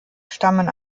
stammen